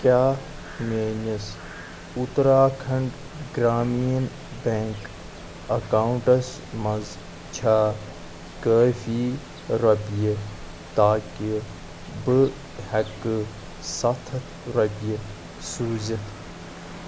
کیٛاہ میٲنِس Uttarakhand Gramin bank accounts منٛز چھا کٲفی رۄپیہِ تاکہِ بہٕ ہٮ۪کہٕ سَتھ ہَتھ رۄپیہِ سوٗزِتھ